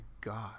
God